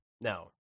No